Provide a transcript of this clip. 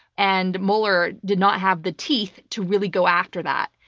and mueller did not have the teeth to really go after that,